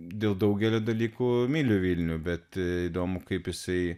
dėl daugelio dalykų myliu vilnių bet įdomu kaip jisai